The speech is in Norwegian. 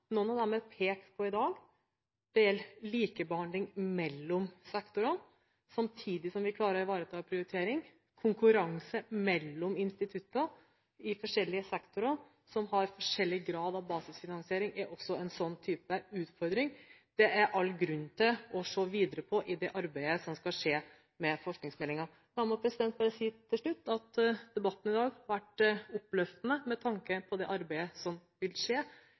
noen av dem er pekt på i dag. Det gjelder likebehandling av sektorene samtidig som vi klarer å ivareta en prioritering. Konkurranse mellom instituttene i forskjellige sektorer som har forskjellig grad av basisfinansiering er også en sånn type utfordring. Dette er det all grunn til å se videre på i det arbeidet som skal skje med forskningsmeldingen. Da må jeg til slutt si at debatten i dag har vært oppløftende med tanke på det arbeidet som vil skje